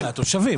מהתושבים.